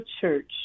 church